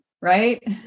right